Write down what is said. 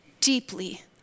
deeply